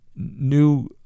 new